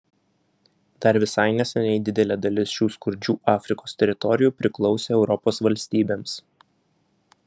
dar visai neseniai didelė dalis šių skurdžių afrikos teritorijų priklausė europos valstybėms